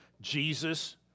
Jesus